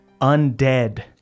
undead